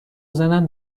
زنم